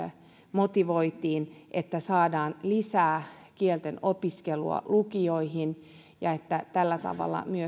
motivoitiin että saadaan lisää kielten opiskelua lukioihin ja että tällä tavalla